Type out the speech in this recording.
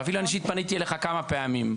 ואפילו פניתי לך אישית כמה פעמים.